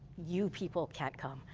you people can't come.